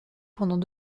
pendant